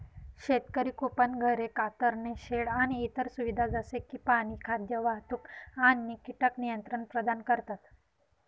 शेतकरी कुंपण, घरे, कातरणे शेड आणि इतर सुविधा जसे की पाणी, खाद्य, वाहतूक आणि कीटक नियंत्रण प्रदान करतात